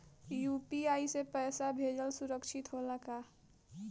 UPI से पैसा भेजल सुरक्षित होला का?